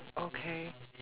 okay